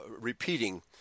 repeating